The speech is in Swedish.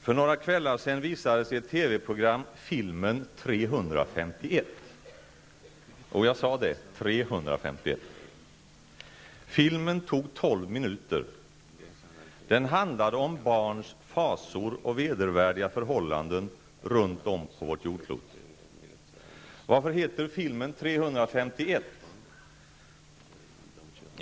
För några kvällar sedan visades i ett Den handlade om barns fasor och vedervärdiga förhållanden runt om på vårt jordklot. Varför heter filmen 351?